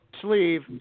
sleeve